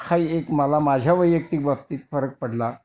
हा एक मला माझ्या वैयक्तिक बाबतीत फरक पडला